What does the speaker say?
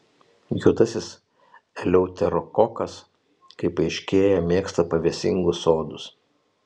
juodasis eleuterokokas kaip aiškėja mėgsta pavėsingus sodus